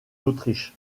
l’autriche